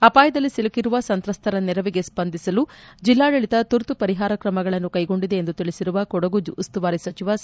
ಅಪಾಯದಲ್ಲಿ ಸಿಲುಕಿರುವ ಸಂತ್ರಸ್ಥರ ನೆರವಿಗೆ ಸ್ವಂದಿಸಲು ಜಿಲ್ಲಾಡಳತ ತುರ್ತು ಪರಿಹಾರ ಕ್ರಮಗಳನ್ನು ಕ್ಕೆಗೊಂಡಿದೆ ಎಂದು ತಿಳಿಸಿರುವ ಕೊಡಗು ಉಸ್ತುವಾರಿ ಸಚಿವ ಸಾ